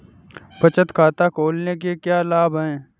बचत खाता खोलने के क्या लाभ हैं?